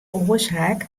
oarsaak